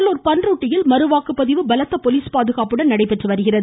கடலூர் பன்ருட்டியில் மறுவாக்குப்பதிவு பலத்த போலிஸ் பாதுகாப்புடன் நடைபெறுகிறது